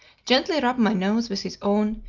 gently rub my nose with his own,